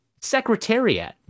Secretariat